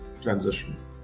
transition